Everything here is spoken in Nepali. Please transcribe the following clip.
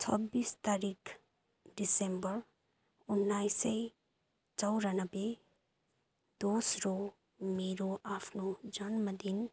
छब्बिस तारिक दिसम्बर उन्नाइस सय चौरानब्बे दोस्रो मेरो आफ्नो जन्मदिन